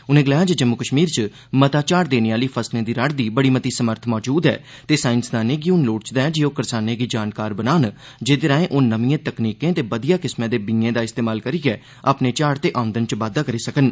उनें गलाया जे जम्मू कश्मीर च मता झाड़ देने आह्ले फसलें दी रड़ दी बड़ी मती समर्थ मौजूद ऐ ते साईंसदानें गी हून लोड़चदा ऐ जे ओह् करसानें गी जानकार बनान जेह्दे राएं ओह नमिए तकनीकें ते बधिया किस्म दे बीए दा इस्तेमाल करियै अपने झाड़ ते औंदन च बाद्दा करी सकन